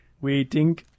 waiting